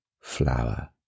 flower